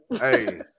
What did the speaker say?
Hey